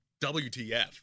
WTF